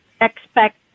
expect